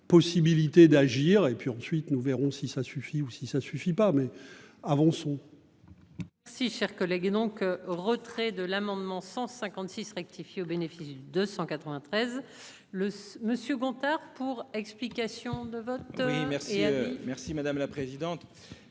Possibilité d'agir et puis ensuite, nous verrons si ça suffit ou si ça suffit pas mais avançons. Si cher collègue, et donc au retrait de l'amendement 156 rectifié au bénéfice du 293 le Monsieur Gontard pour. Explications de vote. Et merci merci madame la présidente.